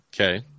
Okay